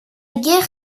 guerre